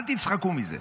אל תצחקו מזה.